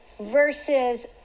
Versus